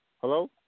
Hello